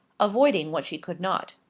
avoiding what she could not.